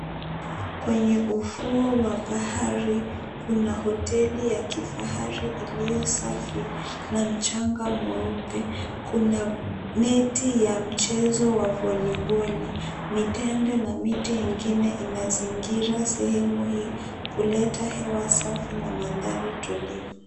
Kwenye ufuo wa bahari, kuna hoteli ya kifahari iliyo safi na mchanga mweupe. Kuna neti ya mchezo wa voliboli. Mitende na miti ingine inazingira sehemu hii, kuleta hewa safi na mandhari tulivu.